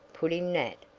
put in nat,